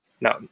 no